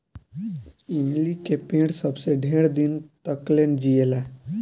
इमली के पेड़ सबसे ढेर दिन तकले जिएला